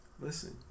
listen